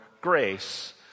grace